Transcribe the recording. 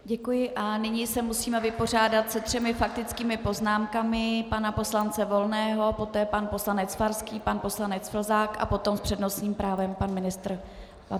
Děkuji a nyní se musíme vypořádat se třemi faktickými poznámkami pana poslance Volného, poté pan poslanec Farský, pan poslanec Plzák a potom s přednostním právem pan ministr Babiš.